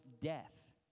death